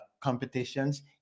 competitions